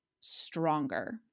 stronger